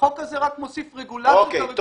החוק הזה רק מוסיף רגולציה ורגולציה ורגולציה.